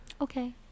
okay